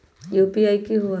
UPI की होई?